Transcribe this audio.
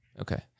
Okay